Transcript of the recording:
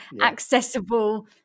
accessible